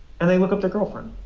and they look up the girlfriend.